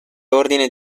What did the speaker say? ordine